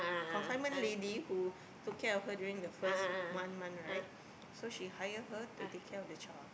confinement lady who took care of her during the first one month right so she hire her to take care of the child